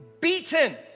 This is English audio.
beaten